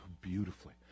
beautifully